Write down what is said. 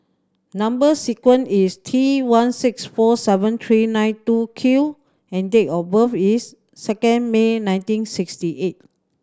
number sequence is T one six four seven three nine two Q and date of birth is second May nineteen sixty eight